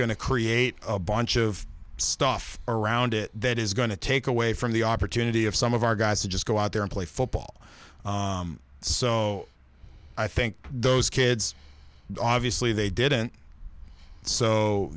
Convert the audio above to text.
to create a bunch of stuff around it that is going to take away from the opportunity of some of our guys to just go out there and play football so i think those kids obviously they didn't so